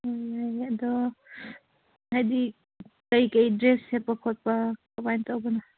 ꯑꯣ ꯌꯥꯏꯌꯦ ꯑꯗꯣ ꯍꯥꯏꯕꯗꯤ ꯀꯔꯤ ꯀꯔꯤ ꯗ꯭ꯔꯦꯁ ꯁꯦꯠꯄ ꯈꯣꯠꯄ ꯀꯃꯥꯏ ꯇꯧꯕꯅꯣ